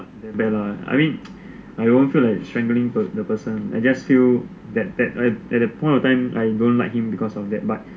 not that bad lah I won't feel like strangling the person I feel that that I at that point of time I don't like him because of that but